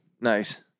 Nice